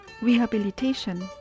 rehabilitation